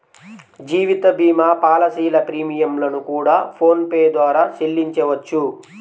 జీవిత భీమా పాలసీల ప్రీమియం లను కూడా ఫోన్ పే ద్వారానే చెల్లించవచ్చు